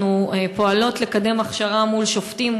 אנחנו פועלות לקדם הכשרה מול שופטים,